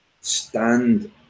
stand